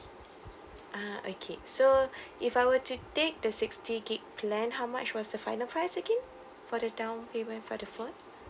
ah okay so if I were to take the sixty gig plan how much was the final price again for the down payment for the phone